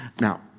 Now